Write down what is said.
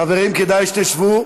חברים, כדאי שתשבו,